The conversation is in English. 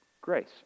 Grace